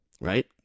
right